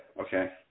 okay